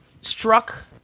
struck